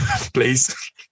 please